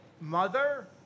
mother